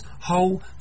whole